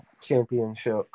championship